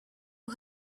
who